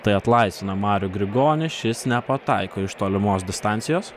tai atlaisvina marių grigonį šis nepataiko iš tolimos distancijos